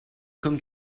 comme